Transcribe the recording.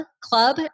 club